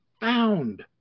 found